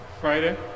Friday